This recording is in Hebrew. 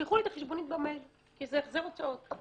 שישלחו לי את החשבונית במייל כי יש לי החזר הוצאות.